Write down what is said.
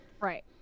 Right